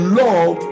love